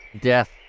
death